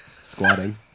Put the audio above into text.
Squatting